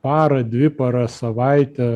parą dvi paras savaitę